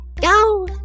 Go